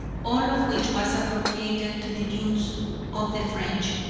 all of which was appropriated to the use of the french.